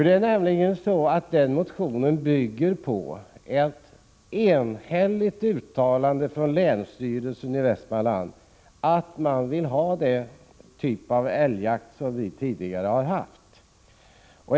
Det är nämligen så att motionen bygger på ett enhälligt uttalande från länsstyrelsen i Västmanland, att man vill ha den typ av älgjakt som vi tidigare har haft.